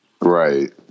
Right